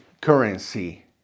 currency